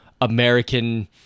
American